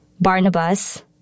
Barnabas